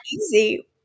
easy